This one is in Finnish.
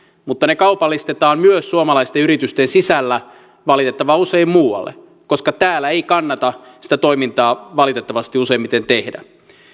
mutta ne kaupallistetaan myös suomalaisten yritysten sisällä valitettavan usein muualle koska täällä ei kannata sitä toimintaa valitettavasti useimmiten tehdä